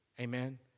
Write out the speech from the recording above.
Amen